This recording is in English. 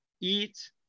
eat